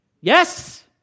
Yes